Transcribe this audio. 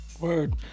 Word